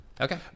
Okay